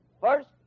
First